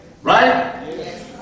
Right